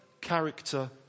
character